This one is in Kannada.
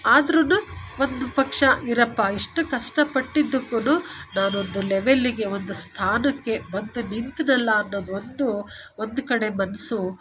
ಆದ್ರೂ ಒಂದು ಪಕ್ಷ ಇರಪ್ಪ ಇಷ್ಟು ಕಷ್ಟ ಪಟ್ಟಿದ್ದಕ್ಕೂ ನಾನೊಂದು ಲೆವೆಲ್ಲಿಗೆ ಒಂದು ಸ್ಥಾನಕ್ಕೆ ಬಂದು ನಿಂತೆನಲ್ಲ ಅನ್ನೋದು ಒಂದು ಒಂದು ಕಡೆ ಮನಸ್ಸು